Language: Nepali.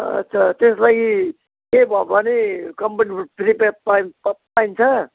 अच्छा त्यसलाई केही भयो भने कम्पनीबाट फ्री पाइन्छ